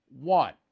one